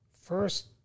first